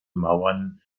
mauern